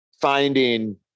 finding